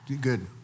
good